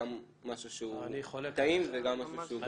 גם משהו שהוא טעים וגם משהו שהוא בריא.